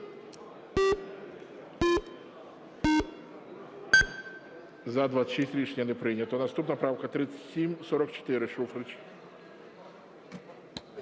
За-26 Рішення не прийнято. Наступна правка 3744.